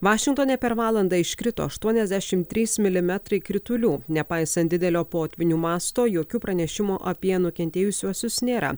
vašingtone per valandą iškrito aštuoniasdešim trys milimetrai kritulių nepaisant didelio potvynių masto jokių pranešimų apie nukentėjusiuosius nėra